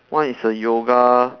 one is the yoga